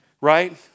right